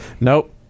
Nope